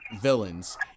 villains